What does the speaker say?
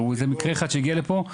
זה מקרה אחד שהגיע לפה.